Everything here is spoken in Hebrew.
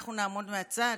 ואנחנו נעמוד מהצד?